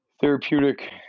therapeutic